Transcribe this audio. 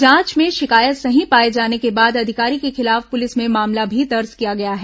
जांच में शिकायत सही पाए जाने के बाद अधिकारी के खिलाफ पुलिस में मामला भी दर्ज किया गया है